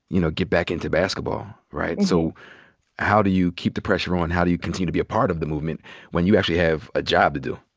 you know, get back into basketball, right? and so how do you keep the pressure on? how do you continue to be a part of the movement when you actually have a job to do?